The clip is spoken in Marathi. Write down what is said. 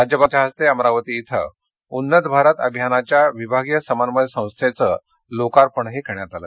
राज्यपालांच्या हस्ते अमरावती इथ उन्नत भारत अभियानाच्या विभागीय समन्वय संस्थेचं लोकार्पणही करण्यात आलं